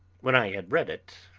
when i had read it,